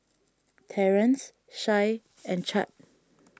Terance Shay and Chadd